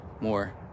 more